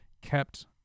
kept